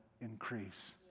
increase